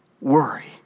worry